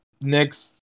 next